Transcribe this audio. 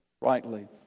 rightly